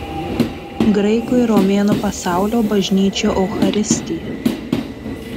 graikų ir romėnų pasaulio bažnyčių eucharistija